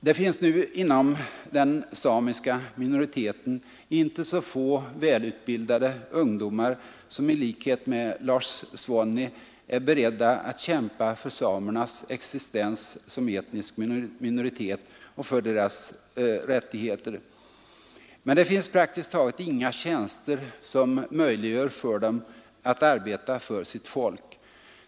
Det finns nu inom den samiska minoriteten inte så få välutbildade ungdomar som i likhet med Lars Svonni är beredda att kämpa för samernas existens som etnisk minoritet och för deras rättigheter. Men det finns praktiskt taget inga tjänster, som möjliggör för dem att arbeta för sitt folk.